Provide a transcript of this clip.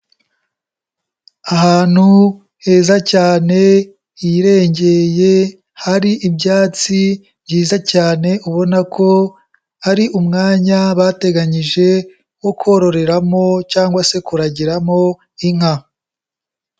Ahantu heza cyane hirengeye, hari ibyatsi byiza cyane ubona ko ari umwanya bateganyije wo kororeramo cyangwa se kuragiramo inka.